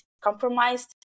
compromised